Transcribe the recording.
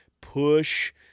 push